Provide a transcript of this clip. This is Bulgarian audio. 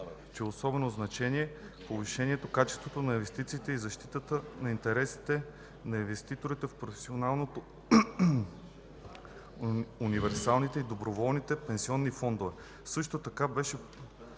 от особено значение повишаването качеството на инвестициите и защитата на интересите на инвеститорите в професионалните, универсалните и доброволните пенсионни фондове. Също така беше